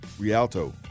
Rialto